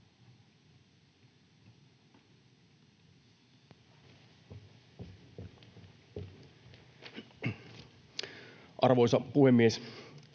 Arvoisa puhemies!